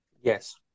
Yes